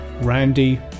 Randy